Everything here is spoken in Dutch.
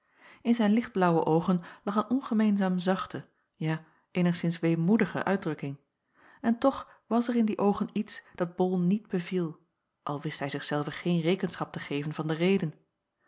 in zijn lichtblaauwe oogen lag een ongemeen zachte ja eenigszins weemoedige uitdrukking en toch was er in die oogen iets dat bol niet beviel al wist hij zich zelven geen rekenschap te geven van de reden